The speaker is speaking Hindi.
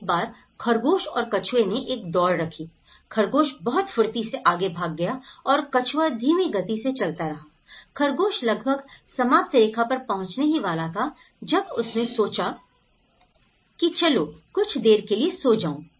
एक बार खरगोश और कछुए ने एक दौड़ रखी खरगोश बहुत फुर्ती से आगे भाग गया और कछुआ धीमी गति से चलता रहा खरगोश लगभग समाप्त रेखा पर पहुंचने ही वाला था जब उसने सोचा कि चलो कुछ देर के लिए सो जाऊं